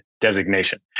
designation